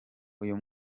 uyu